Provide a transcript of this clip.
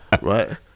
right